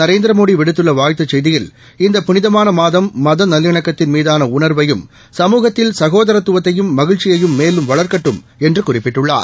நரேந்திரமோடி விடுத்துள்ள வாழ்த்துச் செய்தியில் இந்த புளிதமான மாதம் ம் நல்லிணக்கத்தின் மீதான உணாவையும் சமூகத்தில் சகோதரத்துவத்தையும் மகிழ்ச்சியையும் மேலும் வளாக்கட்டும் என்று குறிப்பிட்டுள்ளார்